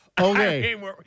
Okay